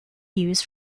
views